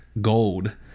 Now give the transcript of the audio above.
gold